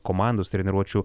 komandos treniruočių